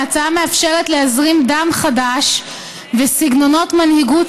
ההצעה מאפשרת להזרים דם חדש וסגנונות מנהיגות